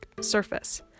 surface